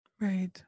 Right